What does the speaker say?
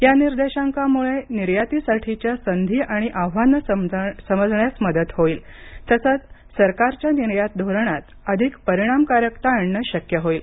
या निर्देशांकामुळे निर्यातीसाठीच्या संधी आणि आव्हानं समजण्यास मदत होईल तसंच सरकारच्या निर्यात धोरणात अधिक परिणामकारकता आणणं शक्य होईल